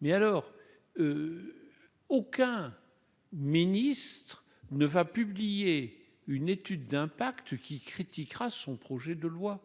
Mais alors, aucun ministre ne va publier une étude d'impact qui critiquera son projet de loi,